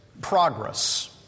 progress